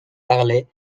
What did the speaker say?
parler